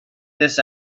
this